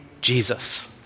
Jesus